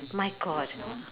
my god